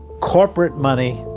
corporate money,